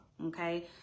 Okay